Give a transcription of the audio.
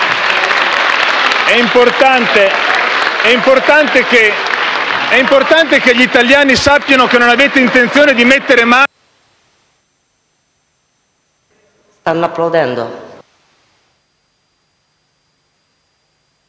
È importante che gli italiani sappiano che non avete intenzione di mettere mano